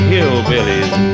Hillbillies